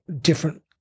different